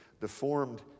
deformed